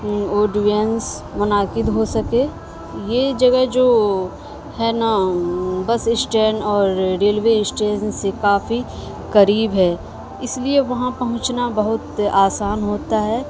اوڈوینس منعقد ہو سکے یہ جگہ جو ہے نا بس اسٹینڈ اور ریلوے اسٹین سے کافی قریب ہے اس لیے وہاں پہنچنا بہت آسان ہوتا ہے